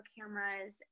cameras